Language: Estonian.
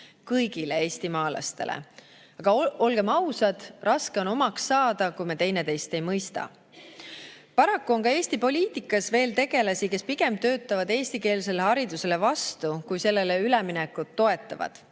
kõigile eestimaalastele. Aga olgem ausad, raske on omaks saada, kui me teineteist ei mõista. Paraku on ka Eesti poliitikas veel tegelasi, kes pigem töötavad eestikeelsele haridusele vastu, kui sellele üleminekut toetavad.